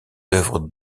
œuvres